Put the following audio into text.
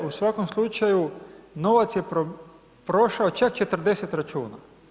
U svakom slučaju novac je prošao čak 40 računa.